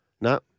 No